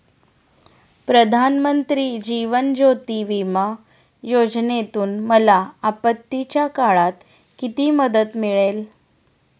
प्रधानमंत्री जीवन ज्योती विमा योजनेतून मला आपत्तीच्या काळात किती मदत मिळेल?